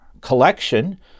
collection